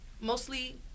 Mostly